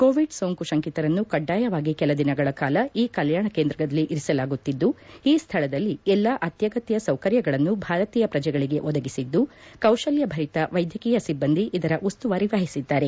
Covid ಸೋಂಕು ಶಂಕಿತರನ್ನು ಕಡ್ಡಾಯವಾಗಿ ಕೆಲ ದಿನಗಳ ಕಾಲ ಈ ಕಲ್ಯಾಣ ಕೇಂದ್ರದಲ್ಲಿ ಇರಿಸಲಾಗುತ್ತಿದ್ಲು ಈ ಸ್ಥಳದಲ್ಲಿ ಎಲ್ಲಾ ಅತ್ಯಗತ್ಯ ಸೌಕರ್ಯಗಳನ್ನು ಭಾರತೀಯ ಪ್ರಜೆಗಳಿಗೆ ಒದಗಿಸಿದ್ಲು ಕೌಶಲ್ಯ ಭರಿತ ವೈದ್ಯಕೀಯ ಸಿಬ್ಬಂದಿ ಇದರ ಉಸ್ತುವಾರಿ ವಹಿಸಿದ್ದಾರೆ